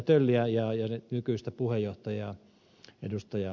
tölliä ja nykyistä puheenjohtajaa ed